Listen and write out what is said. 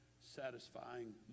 satisfying